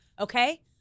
okay